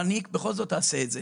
אבל אני בכל זאת אעשה את זה.